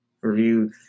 review